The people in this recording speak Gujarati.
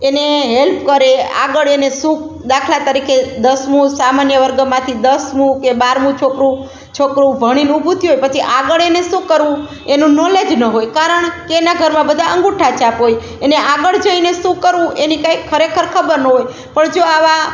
એને હેલ્પ કરે આગળ એને શું દાખલા તરીકે દસમુ સામાન્ય વર્ગમાંથી દસમુ કે બારમું છોકરું છોકરું ભણીને ઊભું થયું પછી આગળ એને શું કરવું એનું નોલેજ ન હોય કારણ કે એના ઘરમાં બધા અંગૂઠા છાપ હોય એને આગળ જઈને શું કરવું એની કાંઈ ખરેખર ખબર ન હોય પણ જો આવા